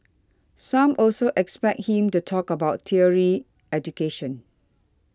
some also expect him to talk about tertiary education